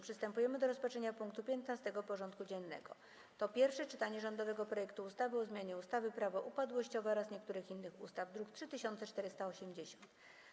Przystępujemy do rozpatrzenia punktu 15. porządku dziennego: Pierwsze czytanie rządowego projektu ustawy o zmianie ustawy Prawo upadłościowe oraz niektórych innych ustaw (druk nr 3480)